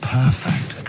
perfect